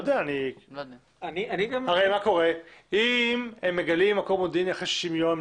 אם הם מגלים מקור מודיעיני אחרי 60 ימים,